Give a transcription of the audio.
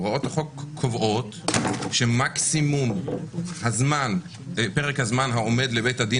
הוראות החוק קובעות שמקסימום פרק הזמן העומד לבית הדין